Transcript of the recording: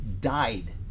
died